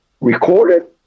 recorded